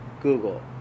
Google